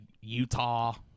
Utah